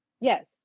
yes